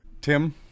Tim